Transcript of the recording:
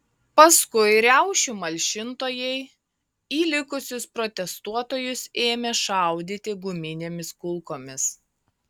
paskui riaušių malšintojai į likusius protestuotojus ėmė šaudyti guminėmis kulkomis